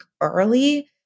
early